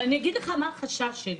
אבל אני אגיד לך מה החשש שלי.